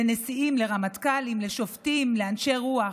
לשרים, לנשיאים, לרמטכ"לים, לשופטים, לאנשי רוח.